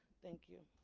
thank you.